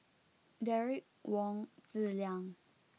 Derek Wong Zi Liang